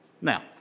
Now